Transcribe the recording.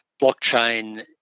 blockchain